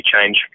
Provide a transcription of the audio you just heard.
change